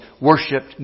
worshipped